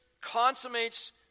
consummates